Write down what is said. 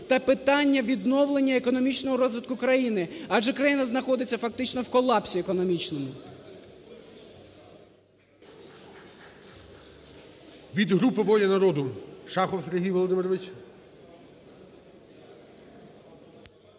та питання відновлення економічного розвитку країни, адже країна знаходиться фактично в колапсі економічному. ГОЛОВУЮЧИЙ. Від групи "Воля народу" – Шахов Сергій Володимирович.